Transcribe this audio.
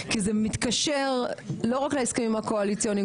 כי זה מתקשר לא רק להסכמים הקואליציוניים,